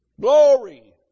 Glory